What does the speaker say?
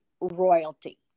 royalty